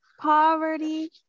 poverty